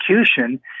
execution